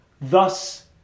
thus